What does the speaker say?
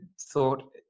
thought